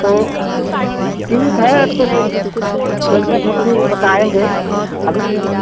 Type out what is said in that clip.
तो ठीक है तो चलिए सब चीज़ बताएँगे अभी तो